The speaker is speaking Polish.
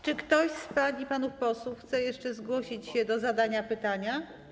Czy ktoś z pań i panów posłów chce jeszcze zgłosić się do zadania pytania?